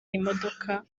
imodoka